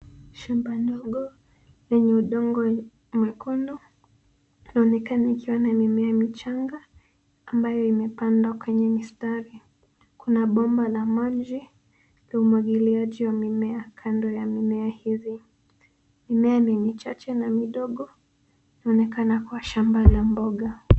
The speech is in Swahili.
Shamba ndogo lenye udongo mwekundu inaonekana ikiwa na mimea michanga ambayo imepandwa kwenye mistari. Kuna bomba la maji la umwagiliaji wa mimea kando ya mimea hizi. Mimea ni michache na midogo inaonekana kuwa shamba la mboga.